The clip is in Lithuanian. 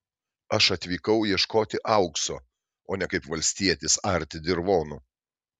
aš atvykau ieškoti aukso o ne kaip valstietis arti dirvonų